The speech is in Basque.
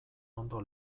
ondo